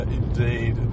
indeed